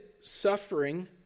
suffering